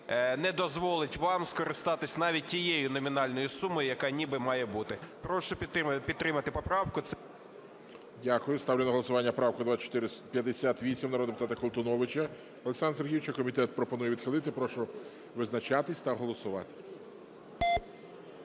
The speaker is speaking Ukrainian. не дозволить вам скористатися навіть тією номінальною сумою, яка ніби має бути. Прошу підтримати поправку. ГОЛОВУЮЧИЙ. Дякую. Ставлю на голосування правку 2458 народного депутата Колтуновича Олександра Сергійовича. Комітет пропонує відхилити. Прошу визначатись та голосувати.